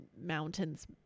mountains